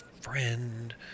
friend